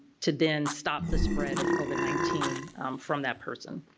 to then stop the spread of covid nineteen from that person.